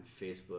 Facebook